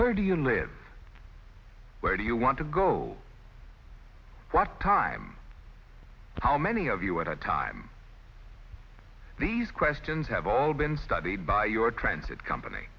and live where do you want to go what time how many of you at a time these questions have all been studied by your transit company